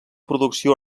producció